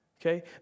Okay